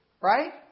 right